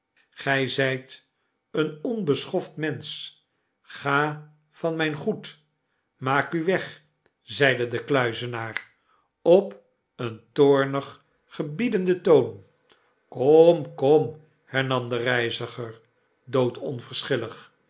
gy zyt een onbeschoft mensch ga van myn goed maak u weg zeide de kluizenaar op een toornig gebiedenden toon ivom kom kom hernam de reiziger